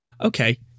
Okay